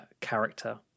character